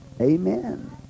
Amen